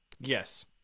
Yes